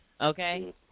Okay